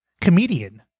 Comedian